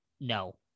No